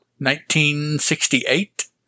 1968